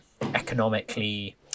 economically